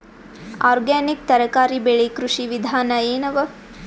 Organic ತರಕಾರಿ ಬೆಳಿ ಕೃಷಿ ವಿಧಾನ ಎನವ?